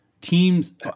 teams